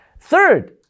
Third